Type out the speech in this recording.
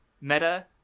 meta